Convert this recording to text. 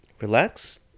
relax